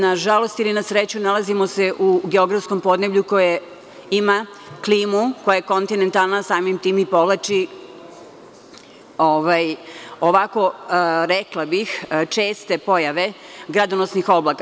Nažalost ili na sreću nalazimo se u geografskom podneblju koje ima klimu, koja je kontinentalna samim tim i povlači, rekla bih, česte pojave gradonosnih oblaka.